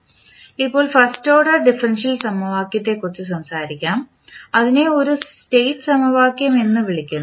Refer Slide Time 1028 ഇപ്പോൾ first order differential സമവാക്യത്തെക്കുറിച്ച് സംസാരിക്കാം അതിനെ ഒരു സ്റ്റേറ്റ്സമവാക്യം എന്നും വിളിക്കുന്നു